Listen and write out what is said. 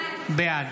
בעד